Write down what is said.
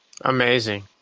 Amazing